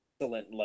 excellent